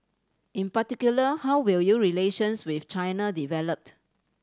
in particular how will your relations with China developed